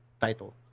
title